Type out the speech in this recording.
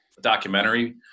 documentary